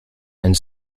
and